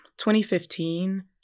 2015